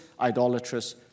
idolatrous